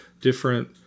different